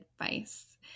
advice